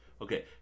Okay